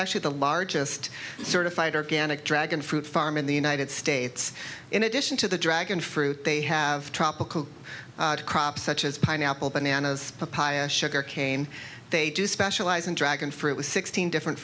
actually the largest certified organic dragon fruit farm in the united states in addition to the dragon fruit they have tropical crops such as pineapple bananas papaya sugar cane they do specialize in dragon fruit with sixteen different